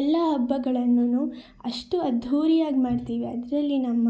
ಎಲ್ಲ ಹಬ್ಬಗಳನ್ನು ಅಷ್ಟು ಅದ್ದೂರಿಯಾಗಿ ಮಾಡ್ತೀವಿ ಅದರಲ್ಲಿ ನಮ್ಮ